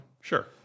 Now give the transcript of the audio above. Sure